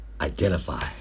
identify